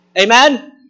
Amen